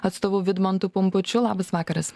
atstovu vidmantu pumpučiu labas vakaras